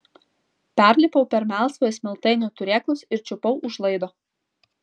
perlipau per melsvojo smiltainio turėklus ir čiupau už laido